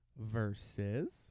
versus